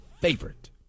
favorite